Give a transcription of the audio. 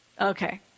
Okay